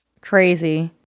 crazy